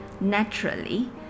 naturally